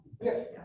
Yes